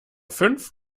fünf